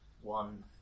One